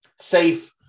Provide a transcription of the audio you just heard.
safe